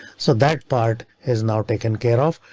so that part is now taken care of.